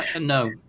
No